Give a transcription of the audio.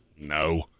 no